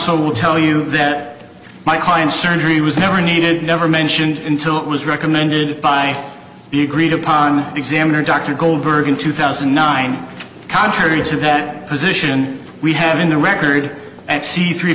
will tell you that my client surgery was never needed never mentioned until it was recommended by the agreed upon examiner dr goldberg in two thousand and nine contrary to that position we have in the record at c three